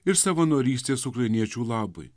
ir savanorystės ukrainiečių labui